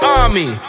army